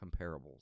comparables